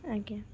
ଆଜ୍ଞା